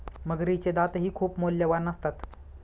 मगरीचे दातही खूप मौल्यवान असतात